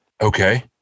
Okay